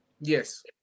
Yes